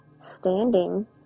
standing